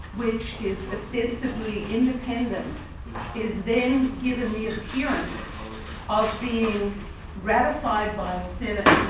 which is ostensibly independent is then given the appearance of being ratified by a senate